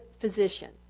physician